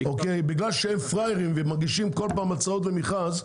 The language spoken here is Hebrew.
בגלל שהם פראיירים ומגישים כל פעם הצעות למכרז,